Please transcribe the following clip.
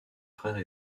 frères